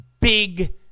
Big